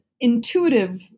intuitive